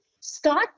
start